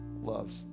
loves